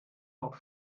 noch